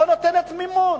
או נותנת מימון,